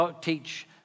teach